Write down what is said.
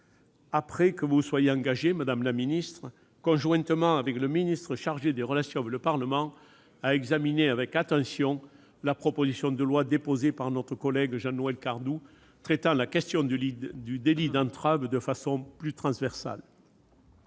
après que vous vous êtes engagée, madame la secrétaire d'État, conjointement avec le ministre chargé des relations avec le Parlement, à examiner avec attention la proposition de loi déposée par notre collège Jean-Noël Cardoux, traitant la question du délit d'entrave de façon plus transversale.